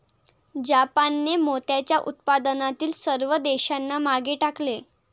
जापानने मोत्याच्या उत्पादनातील सर्व देशांना मागे टाकले